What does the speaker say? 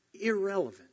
irrelevant